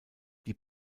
die